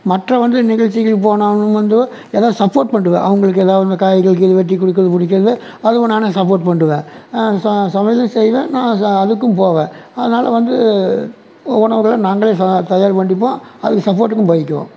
மற்ற வந்து நிகழ்ச்சிக்கு போனாலும் வந்து ஏங்க சப்போர்ட் பண்ணுடுவன் அவங்களுக்கு எதாவது காய்கறி கீரை வெட்டிக் கொடுக்குறது பிடிக்கும் அதுவும் நானே சப்போர்ட் பண்ணிடுவன் ச சமையலும் செய்வேன் நான் சா அதுக்கும் போவேன் அதனால் வந்து போனாக் கூட நாங்களே சமையல் தயார் பண்ணிப்போம் அது சப்போர்ட்டுக்கும் போயிக்குவோம்